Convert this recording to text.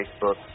Facebook